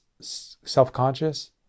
self-conscious